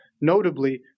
Notably